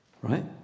right